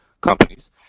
companies